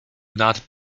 not